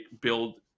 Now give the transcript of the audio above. build